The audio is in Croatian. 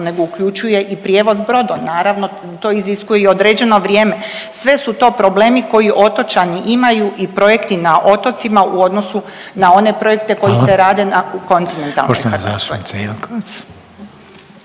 nego uključuje i prijevoz brodom, naravno to iziskuje i određeno vrijeme. Sve su to problemi koji otočani imaju i projekti na otocima u odnosu na one projekte …/Upadica Reiner: Hvala./…